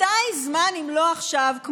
מתי הזמן אם לא עכשיו לחזור,